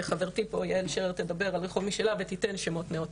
וחברתי פה יעל שרר תדבר על רחוב משלה ותתן שמות נאותים.